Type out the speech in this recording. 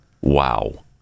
Wow